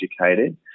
educated